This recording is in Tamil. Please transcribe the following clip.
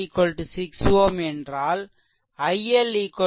i L VThevenin RThevenin RL